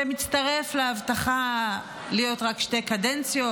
זה מצטרף להבטחה להיות רק שתי קדנציות,